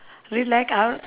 relax ah